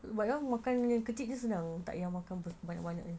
makan dengan kecilnya senang tak yang makan banyak-banyak